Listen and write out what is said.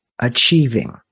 achieving